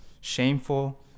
shameful